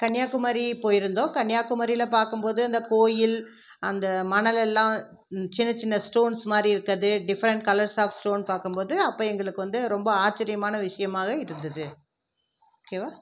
கன்னியாகுமரி போயிருந்தோம் கன்னியாகுமரியில் பார்க்கும்போது அந்த கோயில் அந்த மணல் எல்லாம் சின்ன சின்ன ஸ்டோன்ஸ் மாதிரி இருக்கிறது டிஃப்ரண்ட் கலர்ஸ் ஆஃப் ஸ்டோன் பார்க்கும்போது அப்போ எங்களுக்கு வந்து ரொம்ப ஆச்சரியமான விஷயமாக இருந்தது ஓகேவா